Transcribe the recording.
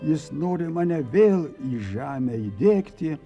jis nori mane vėl į žemę įdiegti